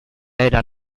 era